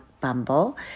Bumble